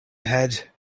ahead